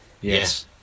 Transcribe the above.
Yes